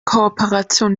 kooperation